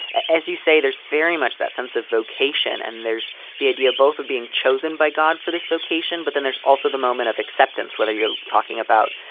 as you say, there's very much that sense of vocation. and there's the idea both of being chosen by god for this vocation, but then there's also the moment of acceptance, whether you're talking about,